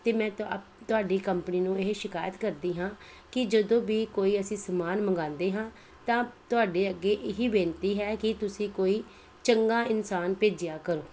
ਤਾਂ ਮੈਂ ਤ ਤੁਹਾਡੀ ਕੰਪਨੀ ਨੂੰ ਇਹ ਸ਼ਿਕਾਇਤ ਕਰਦੀ ਹਾਂ ਕਿ ਜਦੋਂ ਵੀ ਕੋਈ ਅਸੀਂ ਸਮਾਨ ਮੰਗਵਾਉਂਦੇ ਹਾਂ ਤਾਂ ਤੁਹਾਡੇ ਅੱਗੇ ਇਹ ਹੀ ਬੇਨਤੀ ਹੈ ਕਿ ਤੁਸੀਂ ਕੋਈ ਚੰਗਾ ਇਨਸਾਨ ਭੇਜਿਆ ਕਰੋ